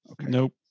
Nope